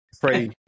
pray